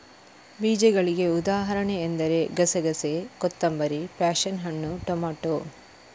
ಬೀಜಗಳಿಗೆ ಉದಾಹರಣೆ ಎಂದರೆ ಗಸೆಗಸೆ, ಕೊತ್ತಂಬರಿ, ಪ್ಯಾಶನ್ ಹಣ್ಣು, ಟೊಮೇಟೊ